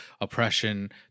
oppression